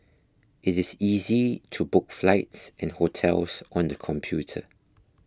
it is easy to book flights and hotels on the computer